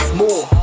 more